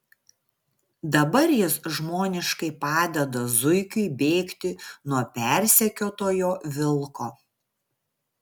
dabar jis žmoniškai padeda zuikiui bėgti nuo persekiotojo vilko